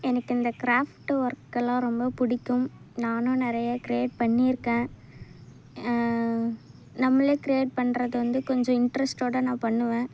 எனக்கு இந்த கிராஃப்ட்டு ஒர்கெல்லாம் ரொம்ப பிடிக்கும் நானும் நிறைய கிரியேட் பண்ணி இருக்கன் நம்மலே கிரியேட் பண்ணுறது வந்து கொஞ்சம் இன்ட்ரஸ்ட்டோட நான் பண்ணுவேன்